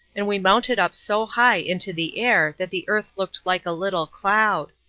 and we mounted up so high into the air that the earth looked like a little cloud.